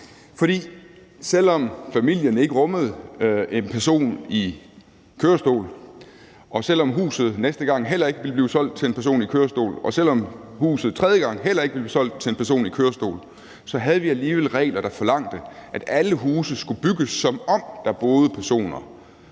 For selv om familien ikke rummede en person i kørestol, og selv om huset næste gang heller ikke ville blive solgt til en person i kørestol, og selv om huset tredje gang heller ikke ville blive solgt til en person i kørestol, så havde vi alligevel regler, der forlangte, at alle huse skulle bygges, som om der boede personer,